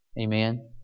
Amen